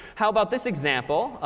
how about this example,